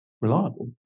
reliable